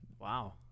Wow